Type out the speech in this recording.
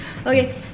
Okay